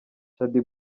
shaddy